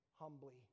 humbly